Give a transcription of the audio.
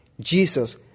Jesus